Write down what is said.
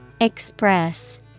Express